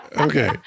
Okay